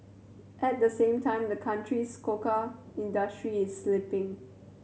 at the same time the country's cocoa industry is slipping